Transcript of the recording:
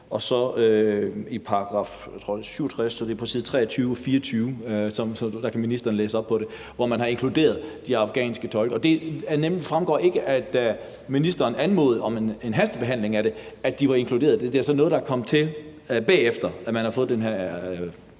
jeg det er – det er på side 23 og 24, så der kan ministeren læse op på det – hvor man har inkluderet de afghanske tolke. Og det fremgik nemlig ikke, da ministeren anmodede om en hastebehandling af det, at de var inkluderet, og det er altså noget, der er kommet til, efter at man har fået den her